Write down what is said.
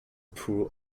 pool